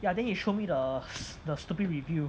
ya then he show me the the stupid review